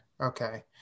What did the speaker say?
okay